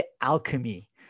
alchemy